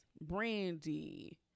Brandy